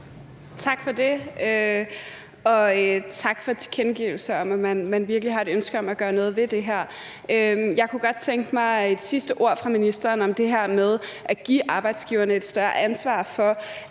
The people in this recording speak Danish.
Tak for det, og tak for tilkendegivelsen af, at man virkelig har et ønske om at gøre noget ved det her. Jeg kunne godt tænke mig et sidste ord fra ministeren om det her med at give arbejdsgiverne et større ansvar for,